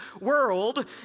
world